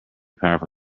powerful